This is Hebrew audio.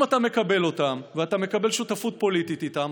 אם אתה מקבל אותם ואתה מקבל שותפות פוליטית איתם,